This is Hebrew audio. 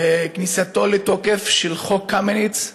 כניסתו לתוקף של חוק קמיניץ,